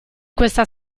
questa